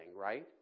right